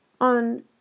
on